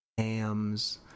Hams